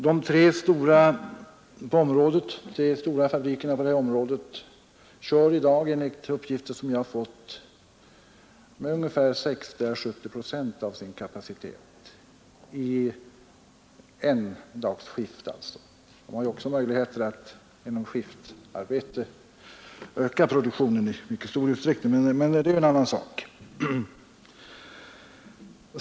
De tre stora fabrikerna på området kör i dag, enligt uppgifter som jag fått, med 60—70 procent av sin kapacitet i endagsskift. De har ju också möjlighet att genom skiftarbete öka produktionen i mycket stor utsträckning, men det är ju en annan sak.